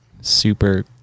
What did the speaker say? super